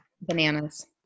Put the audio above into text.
Bananas